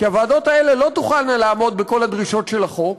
חזקות ועשירות.